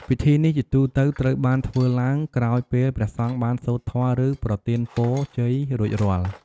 ពិធីនេះជាទូទៅត្រូវបានធ្វើឡើងក្រោយពេលព្រះសង្ឃបានសូត្រធម៌ ឬប្រទានពរជ័យរួចរាល់។